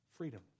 freedom